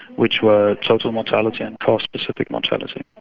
which were total mortality and core specific mortality.